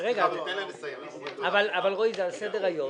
רועי, מה הבעיה?